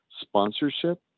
sponsorship